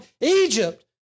Egypt